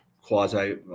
quasi